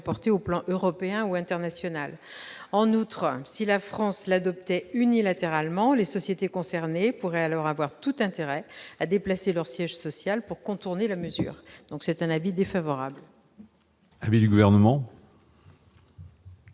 arrêtée au plan européen ou international. En outre, si la France l'adoptait unilatéralement, les sociétés concernées pourraient alors avoir intérêt à déplacer leur siège social hors de France pour contourner la mesure. En conséquence, l'avis est défavorable.